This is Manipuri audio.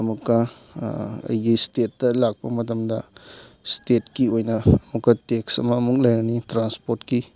ꯑꯃꯨꯛꯀ ꯑꯩꯒꯤ ꯏꯁꯇꯦꯠꯇ ꯂꯥꯛꯄ ꯃꯇꯝꯗ ꯏꯁꯇꯦꯠꯀꯤ ꯑꯣꯏꯅ ꯑꯃꯨꯛꯀ ꯇꯦꯛꯁ ꯑꯃꯃꯨꯛ ꯂꯩꯔꯅꯤ ꯇ꯭ꯔꯥꯟꯁꯄ꯭ꯣꯔꯠꯀꯤ